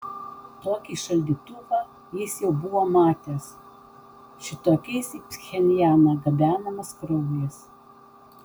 tokį šaldytuvą jis jau buvo matęs šitokiais į pchenjaną gabenamas kraujas